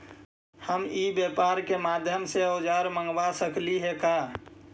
हम ई व्यापार के माध्यम से औजर मँगवा सकली हे का?